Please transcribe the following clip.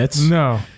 No